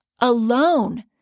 alone